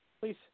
please